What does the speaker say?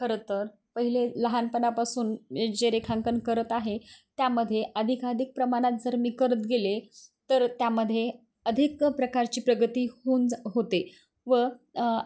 खरंतर पहिले लहानपणापासून जे रेखांकन करत आहे त्यामध्ये अधिकाधिक प्रमाणात जर मी करत गेले तर त्यामध्ये अधिक प्रकारची प्रगती होऊन होते व